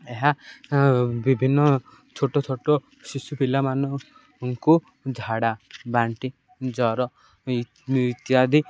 ଏହା ବିଭିନ୍ନ ଛୋଟ ଛୋଟ ଶିଶୁ ପିଲାମାନଙ୍କୁ ଝାଡ଼ା ବାନ୍ତି ଜ୍ଵର ଇତ୍ୟାଦି